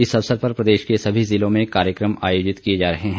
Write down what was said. इस अवसर पर प्रदेश के सभी जिलों में कार्यक्रम आयोजित किए जा रहे हैं